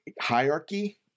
hierarchy